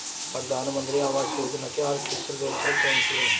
प्रधानमंत्री आवास योजना की ऑफिशियल वेबसाइट कौन सी है?